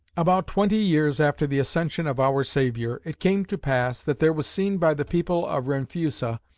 about twenty years after the ascension of our saviour, it came to pass, that there was seen by the people of renfusa,